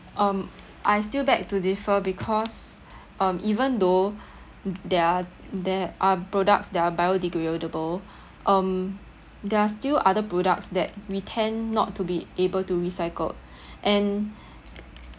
um I still beg to differ because um even though there are there are products that are biodegradable um there are still other products that we tend not to be able to recycled and